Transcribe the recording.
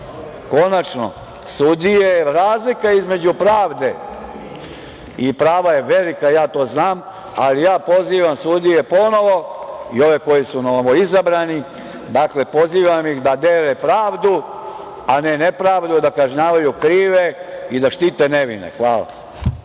konačno sudije. Razlika između pravde i prava je velika, ja to znam, ali ja pozivam sudije ponovo i ove koji su novoizabrani, dakle, pozivam ih da dele pravdu, a ne nepravdu da kažnjavaju krive i da štite nevine. Hvala.